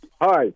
Hi